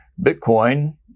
Bitcoin